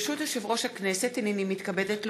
לקריאה ראשונה, מטעם הממשלה: